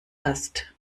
hast